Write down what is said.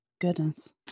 Goodness